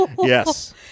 yes